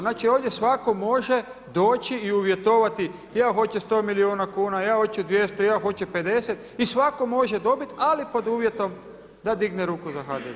Znači ovdje svako može doći i uvjetovati ja hoću 100 milijuna kuna, ja hoću 200, ja hoću 50 i svako može dobiti ali pod uvjetom da digne ruku za HDZ.